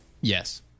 Yes